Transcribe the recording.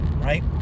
Right